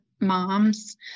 moms